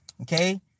Okay